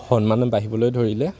সন্মান বাঢ়িবলৈ ধৰিলে